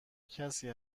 کسی